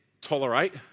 tolerate